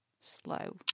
slow